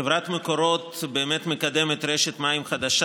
חברת מקורות באמת מקדמת רשת מים חדשה